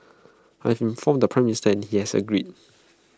I informed the Prime Minister he has agreed